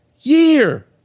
year